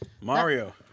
Mario